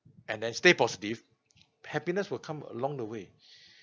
and then stay positive happiness will come along the way